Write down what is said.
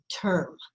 term